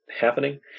happening